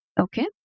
Okay